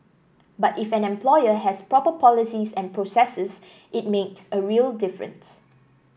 but if an employer has proper policies and processes it makes a real difference